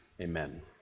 Amen